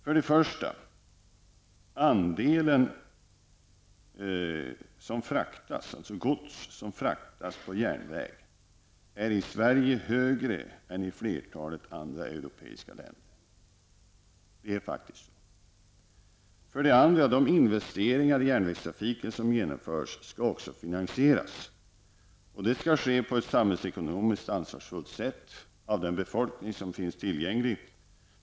För det första: Andelen gods som fraktas på järnväg är i Sverige större än i flertalet andra europeiska länder. Det är faktiskt så. För det andra: De investeringar i järnvägstrafiken som genomförs skall också finansieras. Det skall ske på ett samhällsekonomiskt ansvarsfullt sätt av den befolkning som finns tillgänglig.